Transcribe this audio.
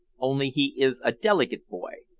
only he is a delicate boy.